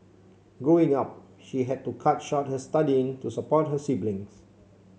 Growing Up she had to cut short her studying to support her siblings